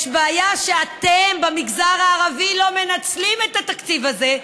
יש בעיה שאתם במגזר הערבי לא מנצלים את התקציב הזה,